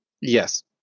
Yes